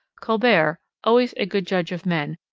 colbert, always a good judge of men,